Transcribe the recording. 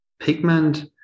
pigment